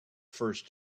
first